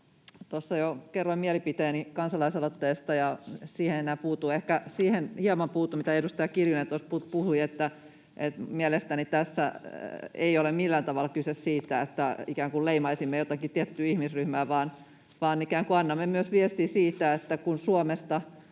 Tuossa jo kerroin mielipiteeni kansalais-aloitteesta, ja siihen en enää puutu. Ehkä siihen hieman puutun, mitä edustaja Kiljunen puhui. Mielestäni tässä ei ole millään tavalla kyse siitä, että ikään kuin leimaisimme jotakin tiettyä ihmisryhmää, vaan ikään kuin annamme myös viestin siitä, että kun Suomesta